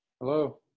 Hello